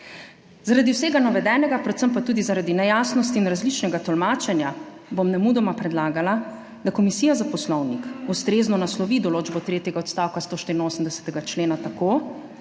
Zaradi vsega navedenega, predvsem pa tudi zaradi nejasnosti in različnega tolmačenja bom nemudoma predlagala, da Komisija za Poslovnik ustrezno naslovi določbo tretjega odstavka 184. člena tako,